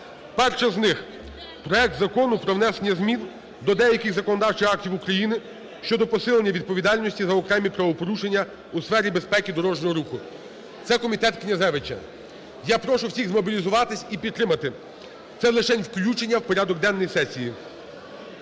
Перше з них, проект Закон про внесення змін до деяких законодавчих актів України щодо посилення відповідальності за окремі правопорушення у сфері безпеки дорожнього руху. Це комітет Князевича. Я прошу всіх змобілізуватися і підтримати. Це лишень включення в порядок денний сесії.